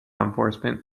enforcement